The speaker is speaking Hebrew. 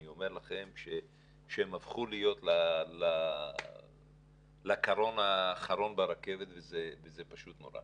אני אומר לכם שהם הפכו להיות לקרון האחרון ברכבת וזה פשוט נורא.